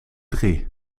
drie